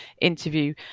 interview